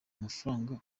amafaranga